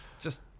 just-